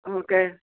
okay